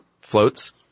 floats